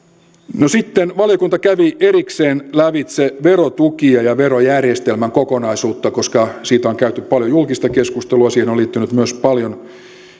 sitten valiokunta kävi erikseen lävitse verotukia ja verojärjestelmän kokonaisuutta koska siitä on käyty paljon julkista keskustelua siihen on liittynyt myös paljon